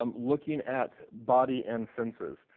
um looking at body and senses,